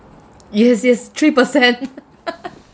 yes yes three percent